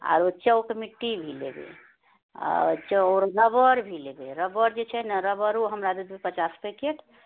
आरो चौक मिट्टी भी लेबै आ रबड़ भी लेबै रबड़ जे छै ने रबड़ो हमरा दए देब पचास पैकेट